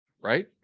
right